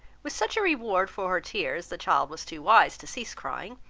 with such a reward for her tears, the child was too wise to cease crying.